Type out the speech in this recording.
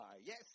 Yes